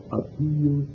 appeal